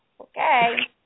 Okay